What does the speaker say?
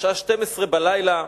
בשעה 24:00,